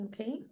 Okay